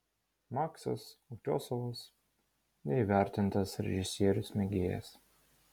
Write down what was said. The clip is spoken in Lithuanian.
maksas utiosovas neįvertintas režisierius mėgėjas